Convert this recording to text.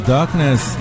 Darkness